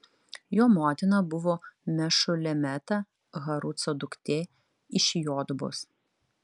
jo motina buvo mešulemeta haruco duktė iš jotbos